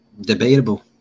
debatable